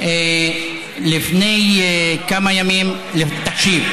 לפני כמה ימים, תקשיב,